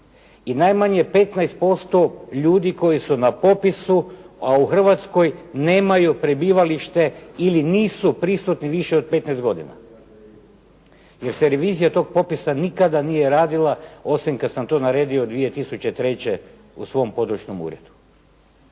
i najmanje 15% ljudi koji su na popisu, a u Hrvatskoj nemaju prebivalište ili nisu prisutni više od 15 godina. jer se revizija tog popisa nikada nije radila, osim kad sam to naredio 2003. u svom područnom uredu.